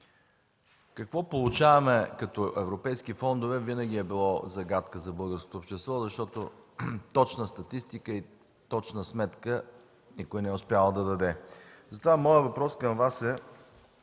Какво получаваме като европейски фондове винаги е било загадка за българското общество, защото точна статистика и точна сметка никой не е успявал да даде. Моят въпрос към Вас е: